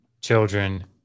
children